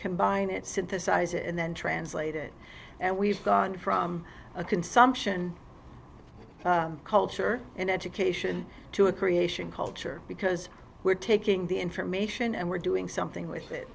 combine it synthesize it and then translate it and we've gone from a consumption culture and education to a creation culture because we're taking the information and we're doing something with it